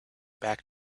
back